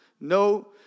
No